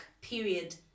period